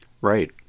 right